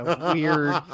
weird